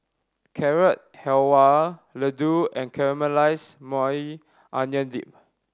Carrot Halwa Ladoo and Caramelized Maui Onion Dip